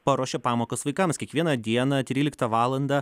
paruošė pamokas vaikams kiekvieną dieną tryliktą valandą